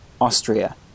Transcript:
Austria